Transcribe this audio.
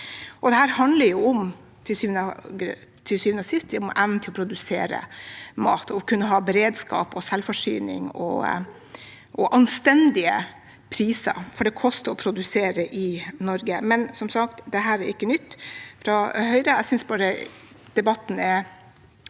Dette handler til syvende og sist om evnen til å produsere mat og kunne ha beredskap, selvforsyning og anstendige priser, for det koster å produsere i Norge. Som sagt er ikke dette nytt fra Høyre. Jeg synes bare debatten er